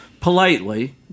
politely